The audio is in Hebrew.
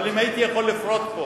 אבל אם הייתי יכול לפרוט פה